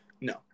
No